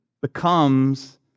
becomes